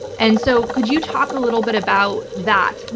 and so could you talk a little bit about that?